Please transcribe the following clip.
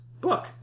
book